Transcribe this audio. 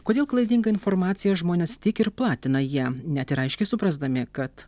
kodėl klaidingą informaciją žmonės tik ir platina jie net ir aiškiai suprasdami kad